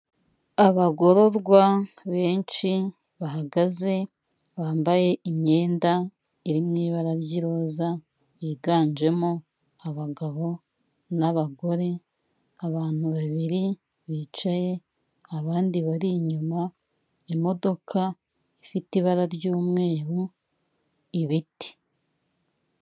Abagororwa benshi bahagaze bambaye imyenda iri m'ibara ry'iroza yiganjemo abagabo n'abagore abantu babiri bicaye abandi bari inyuma, imodoka ifite ibara ry'umweru ibiti.